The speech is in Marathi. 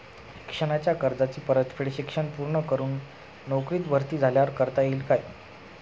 शिक्षणाच्या कर्जाची परतफेड शिक्षण पूर्ण करून नोकरीत भरती झाल्यावर करता येईल काय?